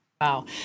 Wow